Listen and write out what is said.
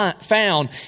found